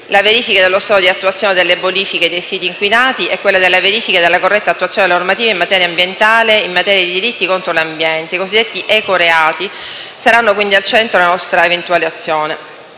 verifica dello stato di attuazione delle bonifiche dei siti inquinati e della verifica della corretta attuazione della normativa in materia ambientale e in materia di delitti contro l'ambiente. I cosiddetti ecoreati saranno quindi al centro della nostra eventuale azione.